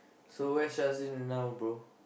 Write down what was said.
so where Shazlin now bro